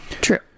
True